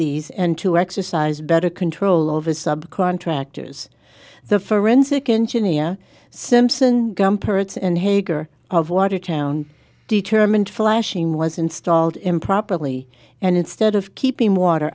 these and to exercise better control over subcontractors the forensic and genea simpson gumperz and hagar of watertown determined flashing was installed improperly and instead of keeping water